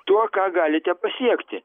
tuo ką galite pasiekti